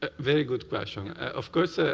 ah very good question. of course, ah